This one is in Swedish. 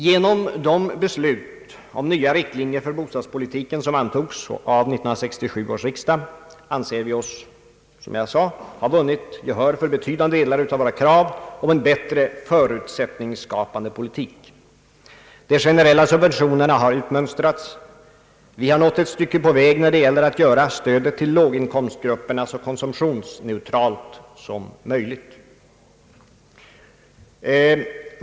Genom de beslut om nya riktlinjer för bostadspolitiken som fattades av 1967 års riksdag anser vi oss, som jag redan sagt, ha vunnit gehör för betydande delar av våra krav på en bättre förutsättningsskapande politik. De generella subventionerna har utmönstrats, vi har nått ett stycke på väg när det gäller att göra stödet till låginkomstgrupperna så konsumtionsneutralt som möjligt.